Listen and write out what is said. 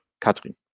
Katrin